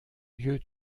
lieu